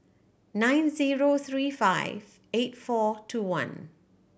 nine zero three five eight four two one